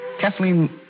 Kathleen